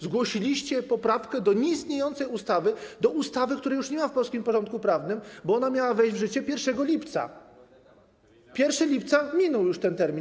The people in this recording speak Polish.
Zgłosiliście poprawkę do nieistniejącej ustawy, do ustawy, której już nie ma w polskim porządku prawnym, bo ona miała wejść w życie 1 lipca, 1 lipca minął już ten termin.